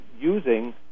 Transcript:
using